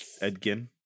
Edgin